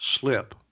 slip